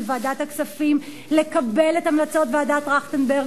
ועדת הכספים לקבל את המלצות ועדת-טרכטנברג.